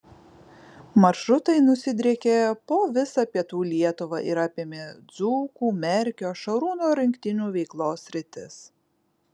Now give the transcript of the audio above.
maršrutai nusidriekė po visą pietų lietuvą ir apėmė dzūkų merkio šarūno rinktinių veiklos sritis